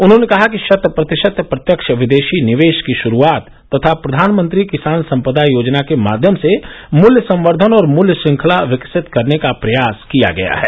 उन्होंने कहा कि शत प्रतिशत प्रत्यक्ष विदेशी निवेश की शरूआत तथा प्रधानमंत्री किसान सम्पदा योजना के माध्यम से मुल्य संवर्धन और मुल्य श्रंखला विकसित करने का प्रयास किया गया है